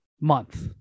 month